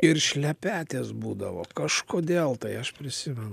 ir šlepetės būdavo kažkodėl tai aš prisimenu